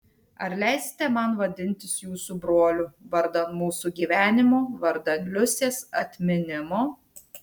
ar leisite man vadintis jūsų broliu vardan mūsų gyvenimo vardan liusės atminimo